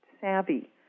savvy